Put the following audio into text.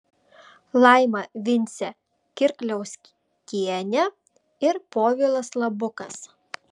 laima vincė kirkliauskienė ir povilas labukas